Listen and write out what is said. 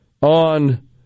on